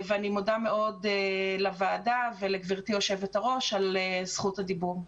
ואני מודה מאוד לוועדה ולגברתי יושבת הראש על זכות הדיבור.